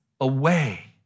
away